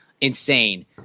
insane